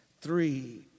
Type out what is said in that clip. three